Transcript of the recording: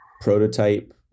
prototype